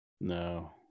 No